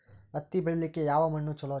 ಹತ್ತಿ ಬೆಳಿಲಿಕ್ಕೆ ಯಾವ ಮಣ್ಣು ಚಲೋರಿ?